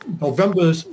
November